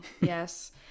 Yes